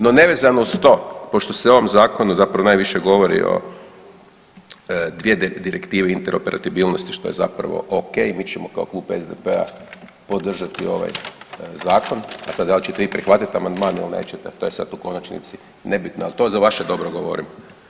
No, nevezano uz to, pošto se o ovom Zakonu zapravo najviše govori o dvije direktive interoperatibilnosti što je zapravo ok, mi ćemo kao Klub SDP-a podržati ovaj Zakon, a sad, da li će vi prihvatiti amandman ili nećete, to je sad u konačnici nebitno, ali to za vaše dobro govorim.